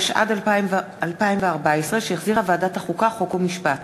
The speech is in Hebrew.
התשע"ד 2014, שהחזירה ועדת החוקה, חוק ומשפט.